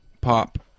pop